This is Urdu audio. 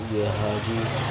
یہ حاجی